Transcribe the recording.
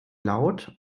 laut